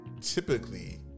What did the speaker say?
typically